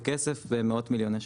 בכסף מאות מיליוני שקלים.